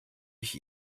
ich